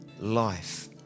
life